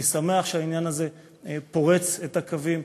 ואני שמח שהעניין הזה פורץ את הקווים,